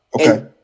Okay